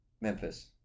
Memphis